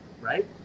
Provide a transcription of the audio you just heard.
right